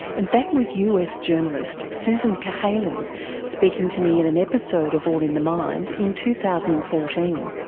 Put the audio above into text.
and that was us journalist susan cahalan speaking to me in an episode of all in the mind in two thousand and fourteen.